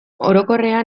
orokorrean